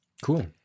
cool